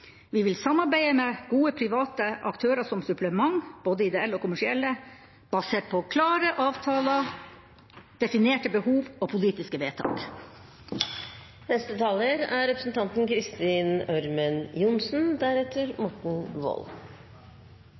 Vi vil samarbeide med gode private aktører som supplement, både ideelle og kommersielle, basert på klare avtaler, definerte behov og politiske vedtak.